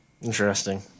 Interesting